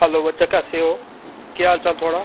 hello बच्चा कैसे ओ केह् हाल चाल थुआढ़ा